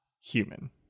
human